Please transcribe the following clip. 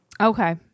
Okay